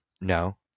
no